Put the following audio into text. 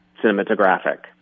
cinematographic